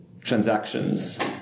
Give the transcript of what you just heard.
transactions